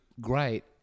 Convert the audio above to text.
great